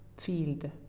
Field